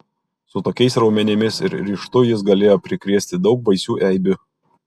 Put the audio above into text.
su tokiais raumenimis ir ryžtu jis galėjo prikrėsti daug baisių eibių